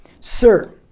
Sir